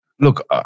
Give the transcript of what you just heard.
Look